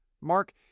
Mark